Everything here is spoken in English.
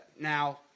Now